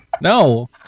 No